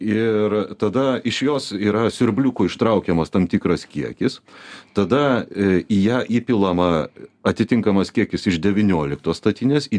ir tada iš jos yra siurbliuku ištraukiamas tam tikras kiekis tada į ją įpilama atitinkamas kiekis iš devynioliktos statines į